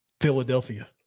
Philadelphia